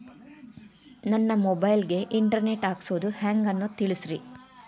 ನನ್ನ ಮೊಬೈಲ್ ಗೆ internet ಹಾಕ್ಸೋದು ಹೆಂಗ್ ಅನ್ನೋದು ತಿಳಸ್ರಿ